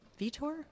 Vitor